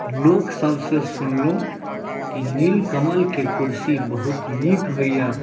लोक सभसँ सुनलहुँ कि नीलकमलके कुर्सी बहुत नीक होइए